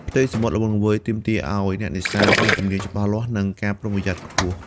ផ្ទៃសមុទ្រល្វឹងល្វើយទាមទារឲ្យអ្នកនេសាទមានជំនាញច្បាស់លាស់ និងការប្រុងប្រយ័ត្នខ្ពស់។